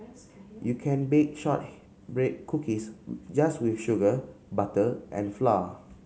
you can bake cookies just with sugar butter and flour